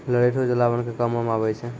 लरैठो जलावन के कामो मे आबै छै